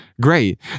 great